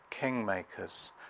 kingmakers